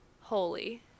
Holy